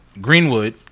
Greenwood